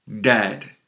dead